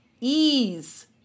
ease